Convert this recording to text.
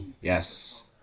Yes